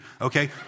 Okay